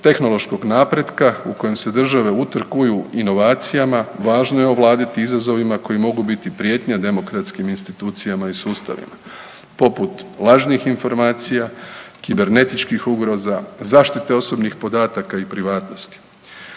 tehnološkog napretka u kojem se države utrkuju inovacijama, važno je ovladati izazovima koji mogu biti prijetnja demokratskim institucijama i sustavima poput lažnih informacija, kibernetičkih ugroza, zaštite osobnih podataka i privatnosti.